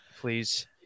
please